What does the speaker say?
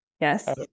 Yes